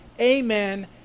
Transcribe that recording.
Amen